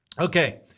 Okay